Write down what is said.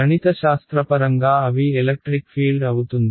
గణితశాస్త్రపరంగా అవి electric field అవుతుంది